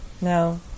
no